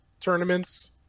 tournaments